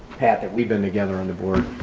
pat, that we've been together on the board,